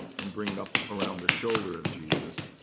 and bring it up around the shoulder of jesus.